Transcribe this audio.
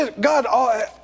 God